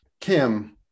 kim